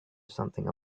something